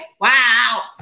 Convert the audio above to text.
wow